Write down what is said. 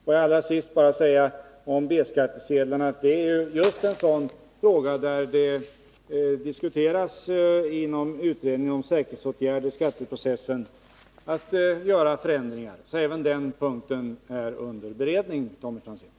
Får jag allra sist säga att det inom utredningen om säkerhetsåtgärder i skatteprocessen diskuteras förändringar just när det gäller B-skattesedlarna. Även den punkten är således under beredning, Tommy Franzén.